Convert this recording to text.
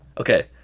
Okay